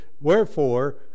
Wherefore